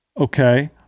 Okay